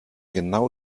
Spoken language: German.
genau